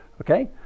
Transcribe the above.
Okay